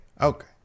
Okay